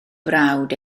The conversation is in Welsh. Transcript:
brawd